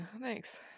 thanks